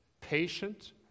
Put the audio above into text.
patient